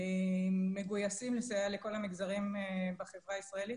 מגויסים לסייע לכל המגזרים בחברה הישראלית,